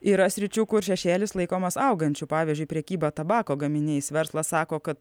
yra sričių kur šešėlis laikomas augančiu pavyzdžiui prekyba tabako gaminiais verslas sako kad